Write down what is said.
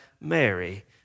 Mary